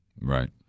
Right